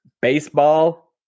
Baseball